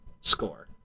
score